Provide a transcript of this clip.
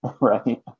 Right